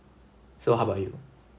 so how about you